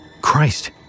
Christ